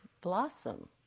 blossom